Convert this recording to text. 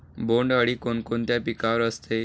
बोंडअळी कोणकोणत्या पिकावर असते?